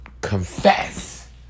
confess